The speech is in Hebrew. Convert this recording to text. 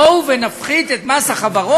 בואו ונפחית את מס החברות,